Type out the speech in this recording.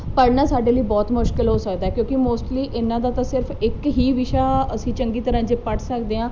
ਪੜ੍ਹਨਾ ਸਾਡੇ ਲਈ ਬਹੁਤ ਮੁਸ਼ਕਲ ਹੋ ਸਕਦਾ ਕਿਉਂਕਿ ਮੋਸਟਲੀ ਇਹਨਾਂ ਦਾ ਤਾਂ ਸਿਰਫ ਇੱਕ ਹੀ ਵਿਸ਼ਾ ਅਸੀਂ ਚੰਗੀ ਤਰ੍ਹਾਂ ਜੇ ਪੜ੍ਹ ਸਕਦੇ ਹਾਂ